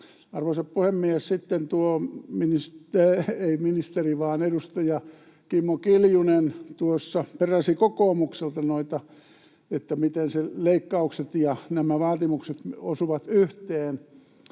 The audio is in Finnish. Arvoisa puhemies! Sitten edustaja Kimmo Kiljunen tuossa peräsi kokoomukselta, miten leikkaukset ja nämä vaatimukset osuvat yhteen.